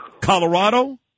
Colorado